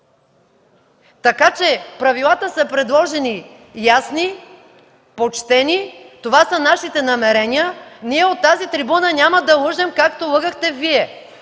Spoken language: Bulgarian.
пари. Правилата са предложени ясни и почтени. Това са нашите намерения. Ние от тази трибуна няма да лъжем, както лъгахте Вие.